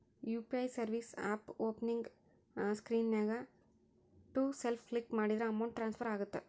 UPI service ಆಪ್ನ್ಯಾಓಪನಿಂಗ್ ಸ್ಕ್ರೇನ್ನ್ಯಾಗ to self click ಮಾಡಿದ್ರ ಅಮೌಂಟ್ ಟ್ರಾನ್ಸ್ಫರ್ ಆಗತ್ತ